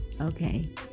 Okay